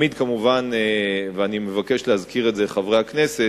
אני מבקש להזכיר לחברי הכנסת,